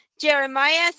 Jeremiah